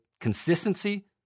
Consistency